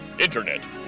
Internet